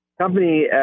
company